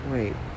Wait